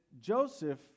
Joseph